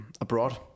abroad